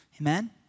Amen